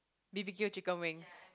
B_B_Q chicken wings